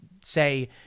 say